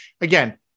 again